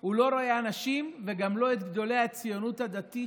הוא לא רואה אנשים וגם לא את גדולי הציונות הדתית,